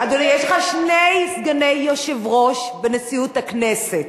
אדוני, יש לך שני סגני יושב-ראש בנשיאות הכנסת,